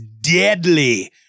deadly